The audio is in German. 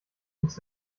muss